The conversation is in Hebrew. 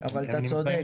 אבל אתה צודק.